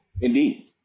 Indeed